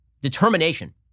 determination